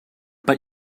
but